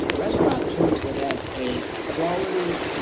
restauranteurs that had a quality,